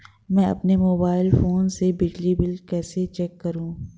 मैं अपने mobile phone से बिजली का बिल कैसे चेक करूं?